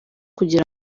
kugira